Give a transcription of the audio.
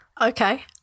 Okay